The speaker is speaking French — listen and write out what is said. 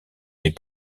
n’est